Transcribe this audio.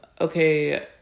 okay